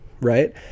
Right